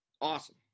Awesome